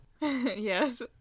Yes